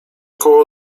koło